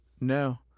No